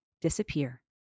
disappear